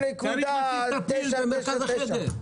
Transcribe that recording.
2.999. צריך לשים את הפיל במרכז החדר.